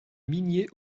migné